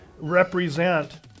represent